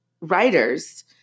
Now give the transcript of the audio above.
writers